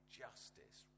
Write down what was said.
justice